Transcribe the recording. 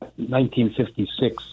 1956